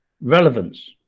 relevance